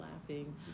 laughing